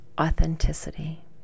authenticity